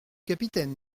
capitaine